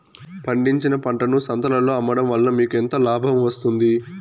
పండించిన పంటను సంతలలో అమ్మడం వలన మీకు ఎంత లాభం వస్తుంది?